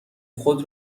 خود